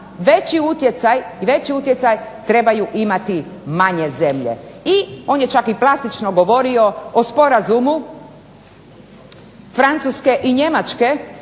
da treba veći utjecaj trebaju imati manje zemlje i on je čak klasično govorio o sporazumu Francuske i Njemačke